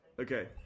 Okay